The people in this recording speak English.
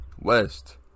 West